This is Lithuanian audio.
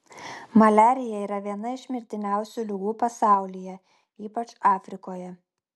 maliarija yra viena iš mirtiniausių ligų pasaulyje ypač afrikoje